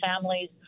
families